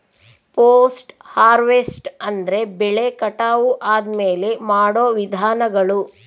post harvest ಅಂದ್ರೆ ಬೆಳೆ ಕಟಾವು ಆದ್ಮೇಲೆ ಮಾಡೋ ವಿಧಾನಗಳು